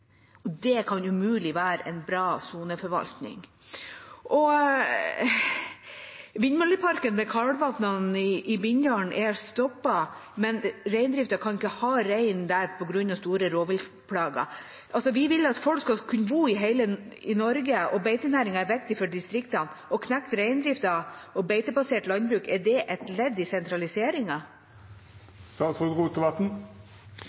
er stoppet, men reindriften kan ikke ha rein der på grunn av store rovviltplager. Vi vil at folk skal kunne bo i hele Norge, og beitenæringen er viktig for distriktene. Å knekke reindriften og beitebasert landbruk – er det et ledd i